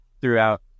throughout